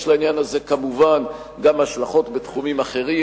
יש לעניין הזה, כמובן, גם השלכות בתחומים אחרים.